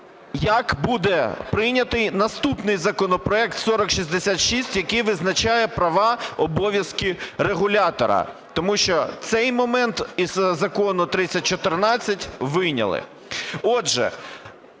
як буде прийнятий наступний законопроект (4066), який визначає права і обов'язки регулятора. Тому що цей момент із Закону 3014 вийняли.